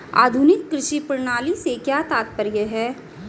आधुनिक कृषि प्रणाली से क्या तात्पर्य है?